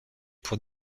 pour